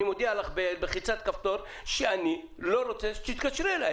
אני מודיע לך בלחיצת כפתור שאני לא רוצה שתתקשרי אליי?